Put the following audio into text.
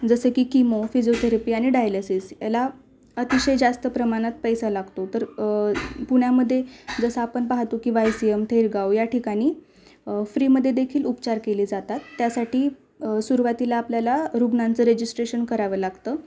जसे की chemo physiotherapy आणि डायलेसिस याला अतिशय जास्त प्रमाणात पैसा लागतो तर पुण्यामध्ये जसं आपण पाहतो की वाय सी यम थेरगाव या ठिकाणी फ्रीमध्ये देखील उपचार केले जातात त्यासाठी सुरवातीला आपल्याला रुग्णांचं रजिस्ट्रेशन करावं लागतं